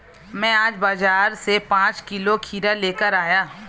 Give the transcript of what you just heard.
मैं आज बाजार से पांच किलो खीरा लेकर आया